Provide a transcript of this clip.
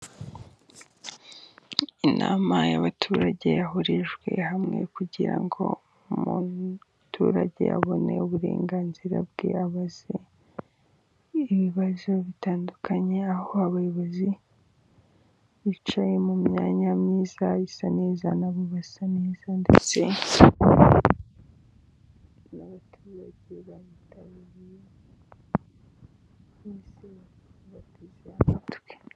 Inama y'abaturage bahurijwe hamwe kugira ngo umuturage abone uburenganzira bwe aba azi ,ibibazo bitandukanye aho abayobozi bicaye mu myanya myiza, isa neza, na bo basa neza, ndetse n'abaturage bayitabiriye bateze amatwi.